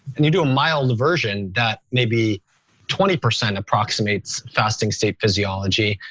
and you do a mild diversion that maybe twenty percent approximates fasting state physiology.